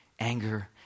anger